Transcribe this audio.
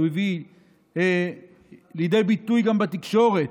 שהוא הביא לידי ביטוי גם בתקשורת,